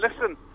listen